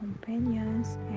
companions